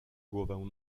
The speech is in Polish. głowę